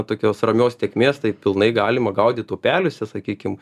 tokios ramios tėkmės tai pilnai galima gaudyt upeliuose sakykim